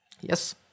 yes